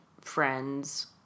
friends